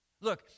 Look